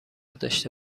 داشته